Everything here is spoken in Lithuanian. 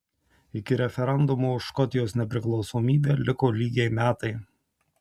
iki referendumo už škotijos nepriklausomybę liko lygiai metai